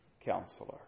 counselor